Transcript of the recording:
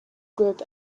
group